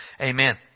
Amen